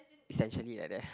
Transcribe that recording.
essentially like that